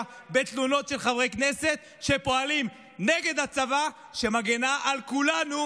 בתלונות על חברי כנסת שפועלים נגד הצבא שמגן על כולנו,